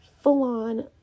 full-on